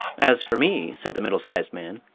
as for me, said the middle-sized man,